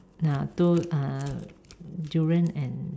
ya two uh durian and